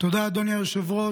תודה, אדוני היושב-ראש.